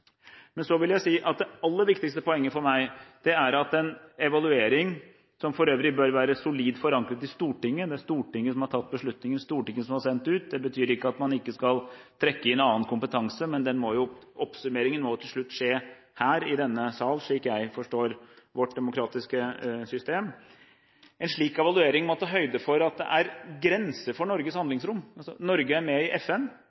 Men det aller viktigste poenget for meg er at en slik evaluering, som for øvrig bør være solid forankret i Stortinget – det er Stortinget som har tatt beslutninger, det er Stortinget som har sendt ut, og det betyr ikke at man ikke skal trekke inn annen kompetanse, men oppsummeringen må jo til slutt skje her i denne sal, slik jeg forstår vårt demokratiske system – må ta høyde for at det er grenser for Norges handlingsrom. Norge er med i FN.